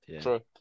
True